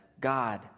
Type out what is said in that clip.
God